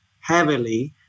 heavily